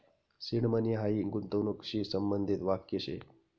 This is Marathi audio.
सीड मनी हायी गूंतवणूकशी संबंधित वाक्य शे